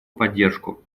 поддержку